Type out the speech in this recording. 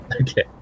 Okay